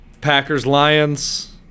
Packers-Lions